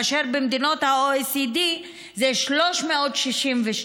ובמדינות ה-OECD זה 362,